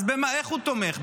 אז איך הוא תומך,